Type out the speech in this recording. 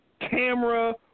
camera